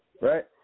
right